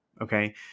Okay